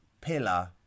Pillar